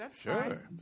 Sure